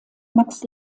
max